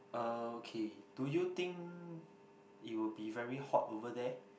okay do you think it will be very hot over there